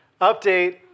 Update